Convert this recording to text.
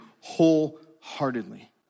wholeheartedly